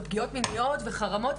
פגיעות מניות וחרמות,